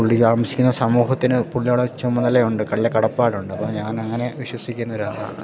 പുള്ളി താമസിക്കുന്ന സമൂഹത്തിന് പുള്ളിയോട് ചുമതല ഉണ്ട് അല്ലേൽ കടപ്പാടുണ്ട് അപ്പോൾ ഞാനങ്ങനെ വിശ്വസിക്കുന്ന ഒരാളാണ്